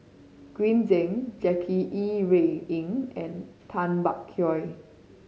Green Zeng Jackie Yi Ru Ying and Tay Bak Koi